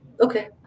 Okay